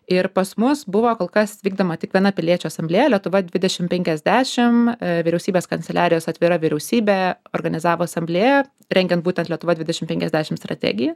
ir pas mus buvo kol kas vykdoma tik viena piliečių asamblėja lietuva dvidešim penkiasdešim vyriausybės kanceliarijos atvira vyriausybė organizavo asamblėją rengiant būtent lietuva dvidešim penkiasdešim strategiją